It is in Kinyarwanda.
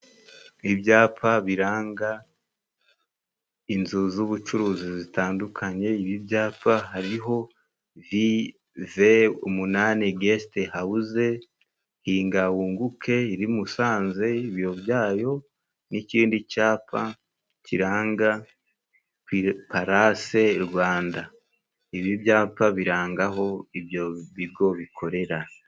Ibyapa biranga inzu z'ubucuruzi zitandukanye. Ibi byapa hariho vive umunani gesite hawuze Hinga wunguke iri i Musanze, ibiro byayo n'ikindi cyapa kiranga ku parase Rwanda. Ibi byapa biranga aho ibyo bigo bikorera.